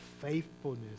faithfulness